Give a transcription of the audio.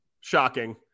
shocking